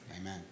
Amen